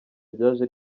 ryaje